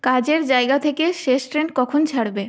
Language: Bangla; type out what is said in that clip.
কাজের জায়গা থেকে শেষ ট্রেন কখন ছাড়বে